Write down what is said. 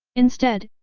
instead,